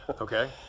Okay